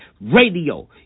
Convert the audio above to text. Radio